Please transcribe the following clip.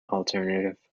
alternative